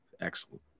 excellent